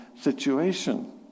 situation